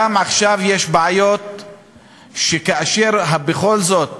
עכשיו גם יש בעיות שכאשר בכל זאת